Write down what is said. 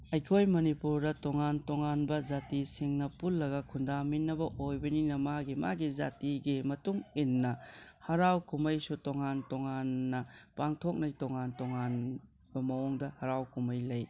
ꯑꯩꯈꯣꯏ ꯃꯅꯤꯄꯨꯔꯗ ꯇꯣꯡꯉꯥꯟ ꯇꯣꯡꯉꯥꯟꯕ ꯖꯥꯇꯤꯁꯤꯡꯅ ꯄꯨꯜꯂꯒ ꯈꯨꯟꯗꯥꯃꯤꯟꯅꯕ ꯑꯣꯏꯕꯅꯤꯅ ꯃꯥꯒꯤ ꯃꯥꯒꯤ ꯖꯥꯇꯤꯒꯤ ꯃꯇꯨꯡ ꯏꯟꯅ ꯍꯔꯥꯎ ꯀꯨꯝꯍꯩꯁꯨ ꯇꯣꯡꯉꯥꯟ ꯇꯣꯡꯉꯥꯟꯅ ꯄꯥꯡꯊꯣꯛꯅꯩ ꯇꯣꯡꯉꯥꯟ ꯇꯣꯡꯉꯥꯟꯅ ꯃꯑꯣꯡꯗ ꯍꯔꯥꯎ ꯀꯨꯝꯍꯩ ꯂꯩ